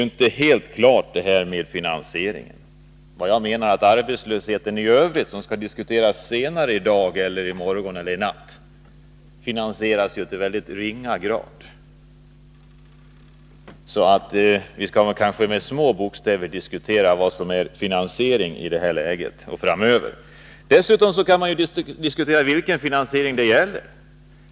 Finansieringen är ju inte helt klar. Arbetslösheten i övrigt, som skall diskuteras senare i dag, i morgon eller i natt, finansieras ju i mycket ringa grad, så vi skall kanske i detta läge, och framöver, vara försiktiga när vi diskuterar vad som är finansiering. Dessutom kan man ju diskutera vilken finansiering det gäller.